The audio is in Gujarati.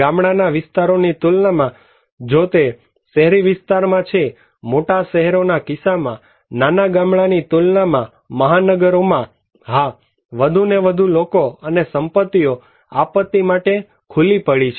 ગામડાના વિસ્તારોની તુલનામાં જો તે શહેરી વિસ્તારમાં છે મોટા શહેરોના કિસ્સામાં નાના ગામડાની તુલનામાં મહાનગરોમાં હા વધુ ને વધુ લોકો અને સંપત્તિઓ આપત્તિ માટે ખુલ્લી પડી છે